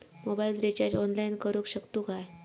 Mobile recharge online करुक शकतू काय?